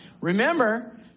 Remember